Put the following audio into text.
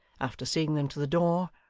after seeing them to the door,